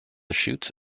shoots